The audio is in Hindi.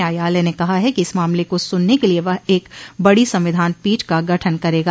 न्यायालय ने कहा है कि इस मामले को सुनने के लिए वह एक बड़ी संविधान पीठ का गठन करेगा